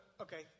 okay